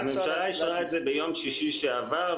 הממשלה אישרה את זה ביום שישי שעבר,